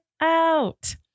out